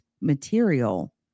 material